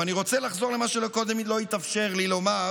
אבל אני רוצה לחזור למה שקודם לא התאפשר לי לומר